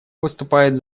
выступает